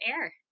air